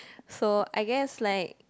so I guess like